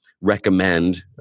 recommend